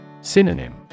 Synonym